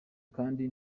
kandi